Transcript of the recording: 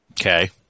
Okay